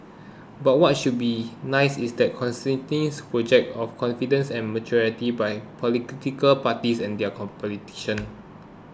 but what should be nice is the consistent project of confidence and maturity by political parties and their politicians